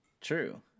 true